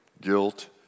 guilt